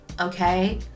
okay